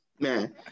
Man